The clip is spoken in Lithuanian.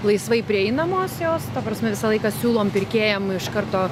laisvai prieinamos jos ta prasme visą laiką siūlom pirkėjam iš karto